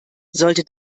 sollte